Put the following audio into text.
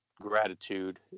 gratitude